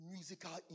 Musical